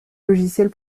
logiciels